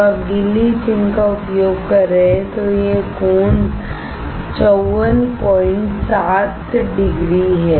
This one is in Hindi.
जब आप गीली इचिंग का उपयोग कर रहे हैं तो यह कोण 547 डिग्री है